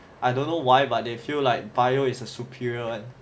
I don't know why but they feel like bio is the superior one